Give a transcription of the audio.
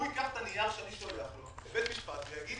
הוא לוקח את הנייר שאני שולח לו לבית משפט ויגיד: